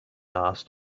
asked